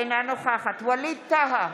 אינה נוכחת ווליד טאהא,